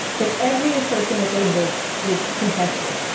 but every assertion that they make is contested,